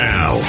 Now